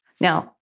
Now